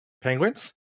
Penguins